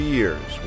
years